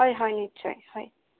হয় হয় নিশ্চয় হয়